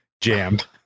jammed